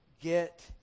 get